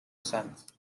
sons